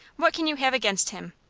what can you have against him?